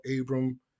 Abram